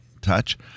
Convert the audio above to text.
touch